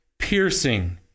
piercing